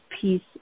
peace